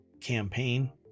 campaign